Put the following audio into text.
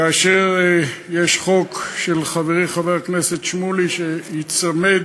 כאשר יש חוק של חברי חבר הכנסת שמולי שייצמד,